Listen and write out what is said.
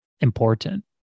important